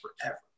forever